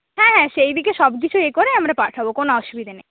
হ্যাঁ হ্যাঁ সেইদিকে সবকিছু এ করেই আমরা পাঠাবো কোনো অসুবিধে নেই